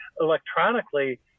electronically